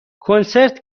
کنسرت